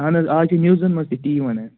اَہن حظ اَز چھُ نِیوزَن منٛز تہِ تی وَنان